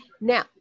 Now